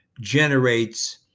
generates